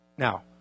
Now